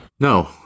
No